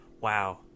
Wow